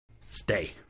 Stay